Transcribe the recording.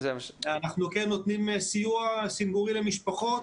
אנחנו כן נותנים סיוע למשפחות.